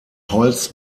holz